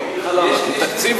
תקציב